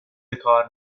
کار